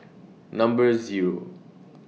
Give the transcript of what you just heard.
Number Zero